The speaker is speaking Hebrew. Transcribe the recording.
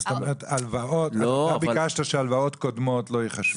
אתה ביקשת שהלוואות קודמות לא ייחשבו.